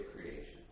creation